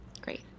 great